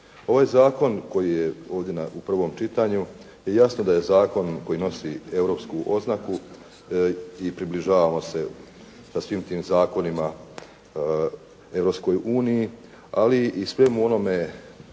Ovaj zakon koji je ovdje u prvom čitanju, jasno da je zakon koji nosi europsku oznaku i približavamo se sa svim tim zakonima Europskoj uniji, ali i svemu onome,